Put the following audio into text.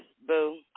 boo